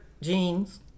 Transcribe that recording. jeans